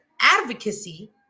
advocacy